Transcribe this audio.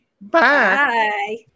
Bye